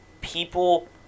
people